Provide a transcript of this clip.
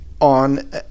on